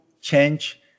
change